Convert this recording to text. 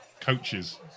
coaches